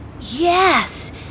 Yes